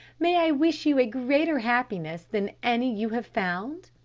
may i wish you a greater happiness than any you have found?